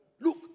Look